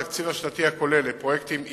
התקציב השנתי הכולל לפרויקטים עירוניים,